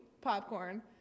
popcorn